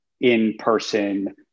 in-person